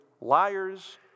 liars